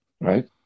right